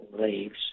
leaves